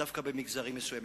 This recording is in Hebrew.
דווקא במגזרים מסוימים.